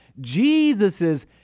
Jesus's